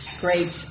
great